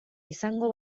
izango